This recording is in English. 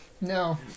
No